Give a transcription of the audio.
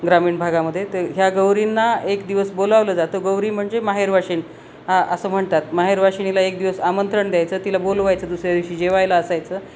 ग्रामीण भागामध्ये तर ह्या गौरींना एक दिवस बोलावलं जातं गौरी म्हणजे माहेरवाशीण हा असं म्हणतात माहेरवाशिणीला एक दिवस आमंत्रण द्यायचं तिला बोलवायचं दुसऱ्या दिवशी जेवायला असायचं